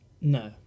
No